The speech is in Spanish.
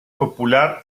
popular